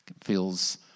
feels